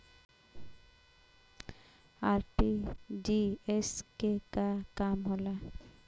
RTGS के का काम होला?